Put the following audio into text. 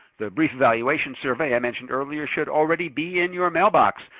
the brief evaluation survey i mentioned earlier should already be in your mailbox.